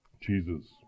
Jesus